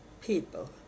people